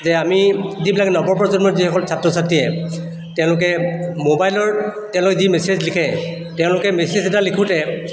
যে আমি যিবিলাক নৱ প্ৰজন্মৰ যিসকল ছাত্ৰ ছাত্ৰীয়ে তেওঁলোকে মোবাইলৰ তালৈ যি মেচেজ লিখে তেওঁলোকে মেচেজ এটা লিখোঁতে